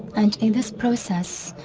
and in this process,